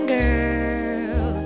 girl